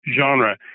genre